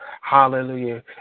hallelujah